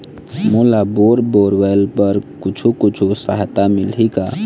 मोला bore borewells बर कुछू कछु सहायता मिलही का?